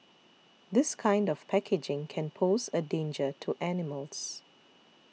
this kind of packaging can pose a danger to animals